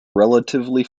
relatively